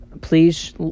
please